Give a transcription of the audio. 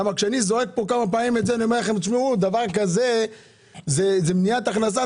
כשאני זועק פה כמה פעמים ואומר שדבר כזה הוא בגדר מניעת הכנסה,